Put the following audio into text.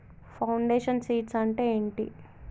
Foundation seeds అంటే ఏంటి?